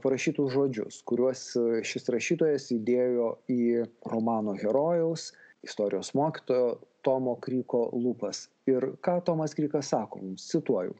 parašytus žodžius kuriuos šis rašytojas įdėjo į romano herojaus istorijos mokytojo tomo kryko lūpas ir ką tomas krykas sako mums cituoju